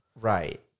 Right